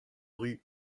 ruz